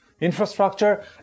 infrastructure